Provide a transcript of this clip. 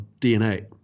DNA